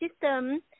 system